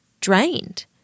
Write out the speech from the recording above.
drained